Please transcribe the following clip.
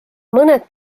mõned